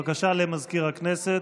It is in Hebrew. בבקשה למזכיר הכנסת.